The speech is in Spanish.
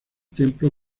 templo